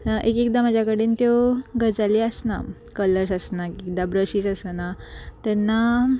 एक एकदां म्हाज्या कडेन त्यो गजाली आसना कलर्स आसना एक एकदां ब्रशीस आसना तेन्ना